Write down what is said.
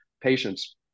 patients